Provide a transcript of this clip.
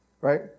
right